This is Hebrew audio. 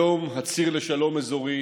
היום הציר לשלום אזורי